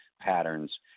patterns